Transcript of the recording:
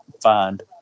find